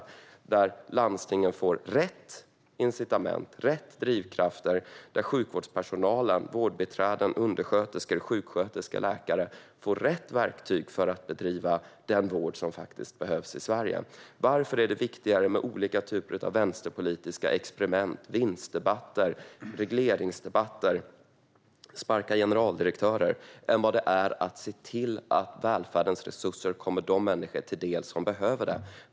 Det är en politik där landstingen får rätt incitament och rätt drivkrafter och där sjukvårdspersonalen - vårdbiträden, undersköterskor, sjuksköterskor, läkare - får rätt verktyg för att bedriva den vård som faktiskt behövs i Sverige. Varför är det viktigare med olika vänsterpolitiska experiment, vinstdebatter och regleringsdebatter och att sparka generaldirektörer än det är att se till att välfärdens resurser kommer de människor till del som behöver dem?